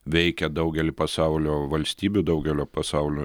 veikia daugelį pasaulio valstybių daugelio pasaulio